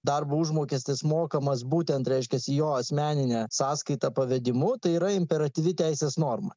darbo užmokestis mokamas būtent reiškiasi jo asmeninę sąskaitą pavedimu tai yra imperatyvi teisės norma